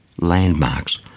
landmarks